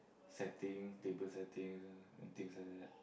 setting table settings uh and things like that